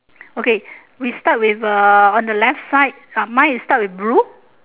okay we start with uh on the left side uh mine is start with blue